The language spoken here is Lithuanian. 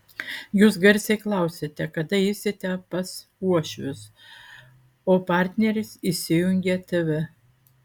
jūs garsiai klausiate kada eisite pas uošvius o partneris įsijungia tv